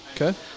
Okay